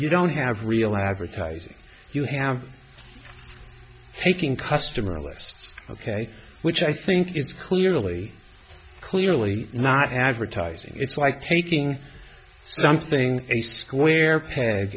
you don't have real advertising you have taking customer lists ok which i think it's clearly clearly not advertising it's like taking something a square peg